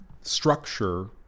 structure